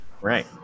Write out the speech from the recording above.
Right